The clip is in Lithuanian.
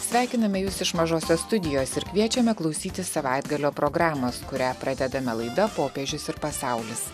sveikiname jus iš mažosios studijos ir kviečiame klausytis savaitgalio programos kurią pradedame laida popiežius ir pasaulis